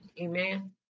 Amen